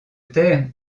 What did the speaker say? terre